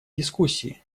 дискуссии